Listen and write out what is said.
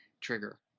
trigger